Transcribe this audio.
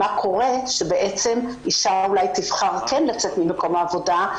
מה קורה אם אישה תבחר לצאת ממקום העבודה,